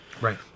Right